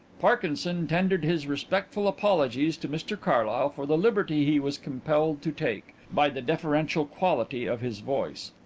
parkinson tendered his respectful apologies to mr carlyle for the liberty he was compelled to take, by the deferential quality of his voice.